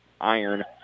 iron